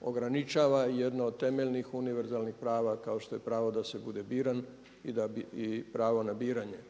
ograničava i jedno od temeljnih univerzalnih prava kao što je pravo da se bude biran i pravo na biranje.